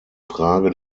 frage